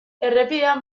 errepidean